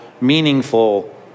meaningful